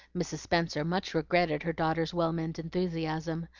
mrs. spenser much regretted her daughter's well-meant enthusiasm,